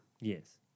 Yes